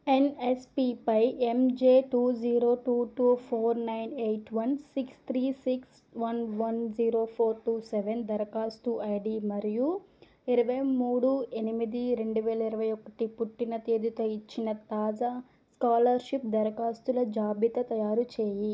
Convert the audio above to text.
ఎన్ఎస్పిపై MJ two zero two two four nine eight one six three six one one zero four two seven దరఖాస్తు ID మరియూ ఇరవై మూడు ఎనిమిది రెండు వేల ఇరవై ఒకటి పుట్టిన తేదీతో ఇచ్చిన తాజా స్కాలర్షిప్ దరఖాస్తుల జాబితా తయారు చెయ్యి